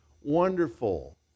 wonderful